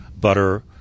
butter